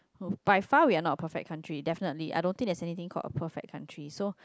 by file we are not perfect country definitely I don't think there's anything called a perfect country so